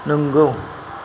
नोंगौ